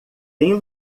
tem